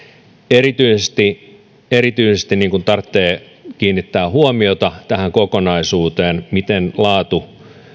erityisesti erityisesti tarvitsee kiinnittää huomiota kokonaisuuteen miten laatu